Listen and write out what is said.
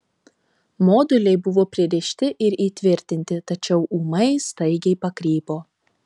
moduliai buvo pririšti ir įtvirtinti tačiau ūmai staigiai pakrypo